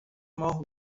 ماه